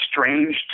strange